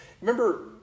Remember